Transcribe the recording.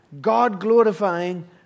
God-glorifying